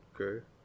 okay